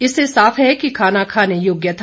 इससे साफ है कि खाना खाने योग्य था